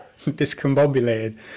discombobulated